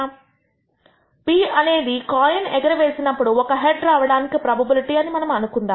p అనేది coin ఎగరవేసినప్పుడు ఒక హెడ్ రావడానికి ప్రోబబిలిటీ అని మనము అనుకుందాం